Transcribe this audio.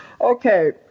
Okay